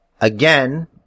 again